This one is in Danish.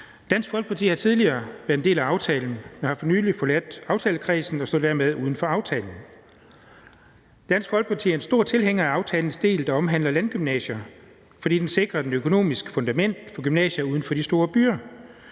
Dansk Folkeparti har tidligere været en del af aftalen, men har for nylig forladt aftalekredsen og står dermed uden for aftalen. Dansk Folkeparti er en stor tilhænger af aftalens del, der omhandler landgymnasier, fordi den sikrer et økonomisk fundament for gymnasier uden for de store byer.